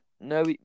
No